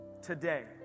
today